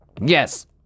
Yes